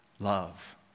love